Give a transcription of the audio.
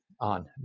on